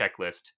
checklist